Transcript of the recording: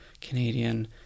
Canadian